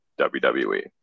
WWE